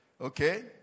Okay